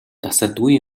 тасардаггүй